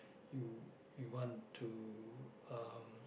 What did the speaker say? you you want to uh